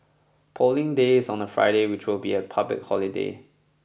Polling Day is on a Friday which will be a public holiday